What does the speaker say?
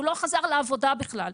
הוא לא חזר לעבודה בכלל.